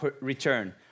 return